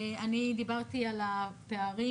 אני דיברתי על הפערים.